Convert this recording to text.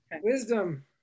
wisdom